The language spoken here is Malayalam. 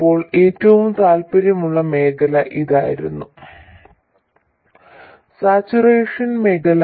ഇപ്പോൾ ഏറ്റവും താൽപ്പര്യമുള്ള മേഖല ഇതായിരുന്നു സാച്ചുറേഷൻ മേഖല